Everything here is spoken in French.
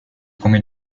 combien